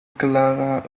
klara